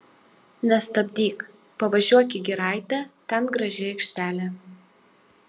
nestabdyk pavažiuok į giraitę ten graži aikštelė